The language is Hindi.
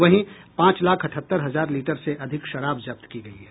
वहीं पांच लाख अठहत्तर हजार लीटर से अधिक शराब जब्त की गयी है